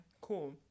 Cool